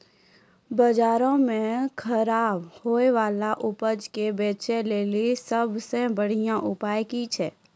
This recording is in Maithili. बजारो मे खराब होय बाला उपजा के बेचै लेली सभ से बढिया उपाय कि छै?